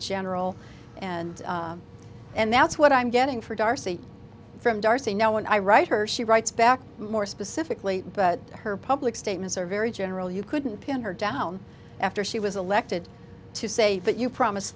general and and that's what i'm getting for darcy from darcy now when i write her she writes back more specifically but her public statements are very general you couldn't pin her down after she was elected to say that you promise